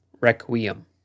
Requiem